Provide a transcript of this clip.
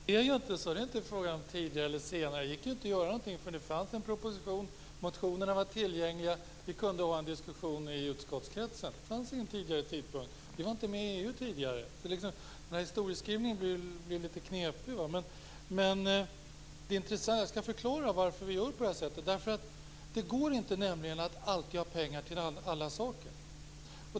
Fru talman! Det är inte så. Det är inte fråga om tidigare eller senare. Det gick inte att göra någonting förrän det fanns en proposition, när motionerna var tillgängliga och vi kunde ha en diskussion i utskottskretsen. Det fanns ingen tidigare tidpunkt. Vi var inte med i EU tidigare. Historieskrivningen blir litet knepig. Jag skall förklara varför vi gör så. Det går inte alltid att ha pengar till alla saker.